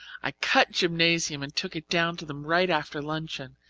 i cut gymnasium and took it down to them right after luncheon,